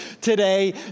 today